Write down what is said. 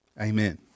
Amen